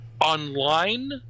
online